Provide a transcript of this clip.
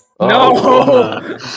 No